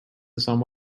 somewhere